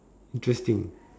interesting